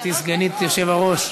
גברתי סגנית היושב-ראש.